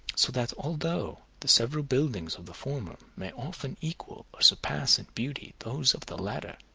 so that although the several buildings of the former may often equal or surpass in beauty those of the latter,